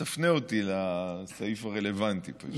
שתפנה אותי לסעיף הרלוונטי.